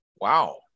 Wow